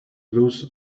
blues